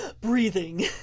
breathing